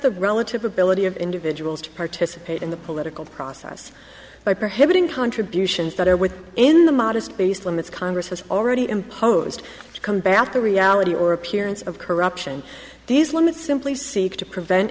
the relative ability of individuals to participate in the political process by prohibiting contributions that are with in the modest based limits congress has already imposed to combat the reality or appearance of corruption these limits simply seek to prevent